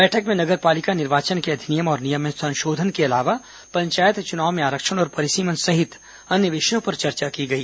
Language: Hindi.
बैठक में नगर पालिका निर्वाचन के अधिनियम और नियम में संशोधन के अलावा पंचायत चुनाव में आरक्षण तथा परिसीमन सहित अन्य विषयों पर चर्चा की गई